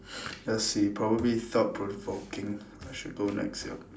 let's see probably thought provoking I should go next yup